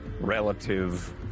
relative